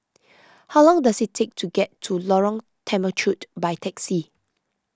how long does it take to get to Lorong Temechut by taxi